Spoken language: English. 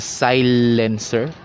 silencer